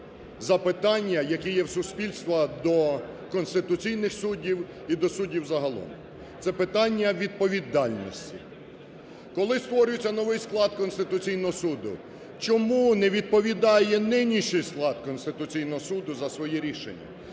запитання, які є в суспільства до конституційних суддів і до суддів загалом. Це питання відповідальності. Коли створюється новий склад Конституційного Суду? Чому не відповідає нинішній склад Конституційного Суду за свої рішення?